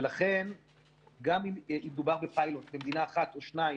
ולכן גם אם מדובר בפיילוט למדינה אחת או שתיים,